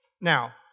now